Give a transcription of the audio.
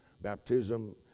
Baptism